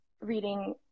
reading